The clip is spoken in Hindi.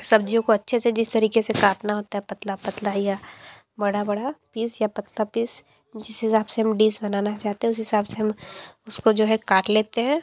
सब्ज़ियों को अच्छे से जिस तरीके से काटना होता है पतला पतला या बड़ा बड़ा पीस या पतला पीस जिस हिसाब से हम डिश बनाना चाहते हैं उस हिसाब से हम उसको जो है काट लेते हैं